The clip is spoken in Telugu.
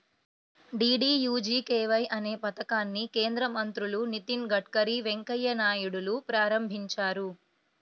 డీడీయూజీకేవై అనే పథకాన్ని కేంద్ర మంత్రులు నితిన్ గడ్కరీ, వెంకయ్య నాయుడులు ప్రారంభించారు